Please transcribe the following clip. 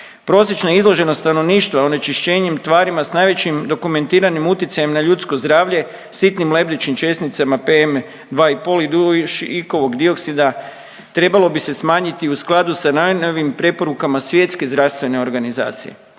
Prosječna izloženost stanovništva onečišćenim tvarima s najvećim dokumentiranim utjecajem na ljudsko zdravlje sitnim lebdećim česticama PM2,5 i dušikovog dioksida trebalo bi se smanjiti u skladu sa najnovijim preporukama Svjetske zdravstvene organizacije.